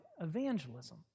evangelism